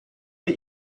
did